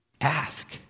ask